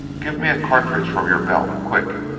give me a cartridge from your belt, quick!